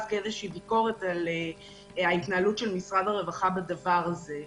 כאיזושהי ביקורת על ההתנהלות של משרד הרווחה בדבר הזה.